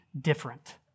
different